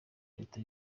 leta